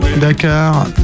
Dakar